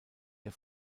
der